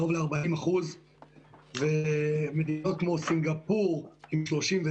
קרוב ל-40% ומדינות כמו סינגפור עם 31,